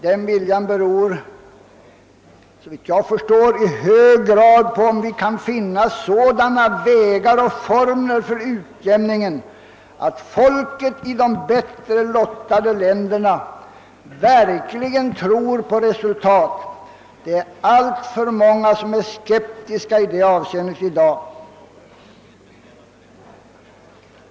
Den viljan beror i hög grad på om vi kan finna sådana vägar och former för utjämningen, så att folket i de bättre lottade länderna verkligen tror på resultat. Det är alltför många som i dag är skeptiska i det avseendet.